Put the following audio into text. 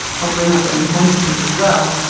i'll bring up their intensities as well.